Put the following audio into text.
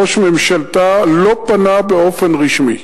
ראש ממשלתה לא פנה באופן רשמי.